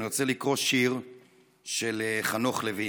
אני רוצה לקרוא שיר של חנוך לוין: